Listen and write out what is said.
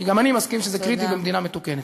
כי גם אני מסכים שזה קריטי במדינה מתוקנת.